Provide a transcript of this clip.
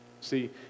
See